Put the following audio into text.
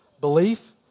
belief